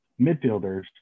midfielders